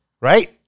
right